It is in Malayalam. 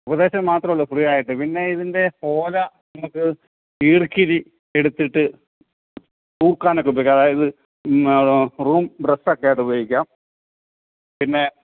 ഉപദേശം മാത്രമേ ഉള്ളൂ ഫ്രീ ആയിട്ട് പിന്നെ ഇതിന്റെ ഓല നമുക്ക് ഈർക്കിലി എടുത്തിട്ട് തൂക്കാനൊക്കെ പറ്റും അതായത് റൂം ബ്രഷ് ഒക്കെ ആയിട്ട് ഉപയോഗിക്കാം പിന്നെ